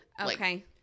Okay